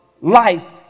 life